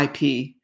ip